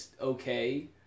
okay